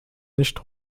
nicht